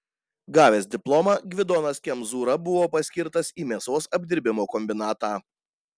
gavęs diplomą gvidonas kemzūra buvo paskirtas į mėsos apdirbimo kombinatą